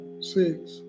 six